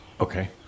Okay